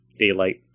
daylight